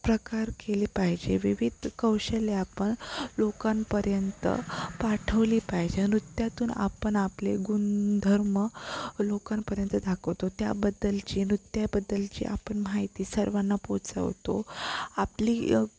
प्रकार केले पाहिजे विविध कौशल्य आपण लोकांपर्यंत पाठवली पाहिजे नृत्यातून आपण आपले गुणधर्म लोकांपर्यंत दाखवतो त्याबद्दलची नृत्याबद्दलची आपण माहिती सर्वांना पोचवतो आपली